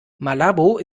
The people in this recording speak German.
malabo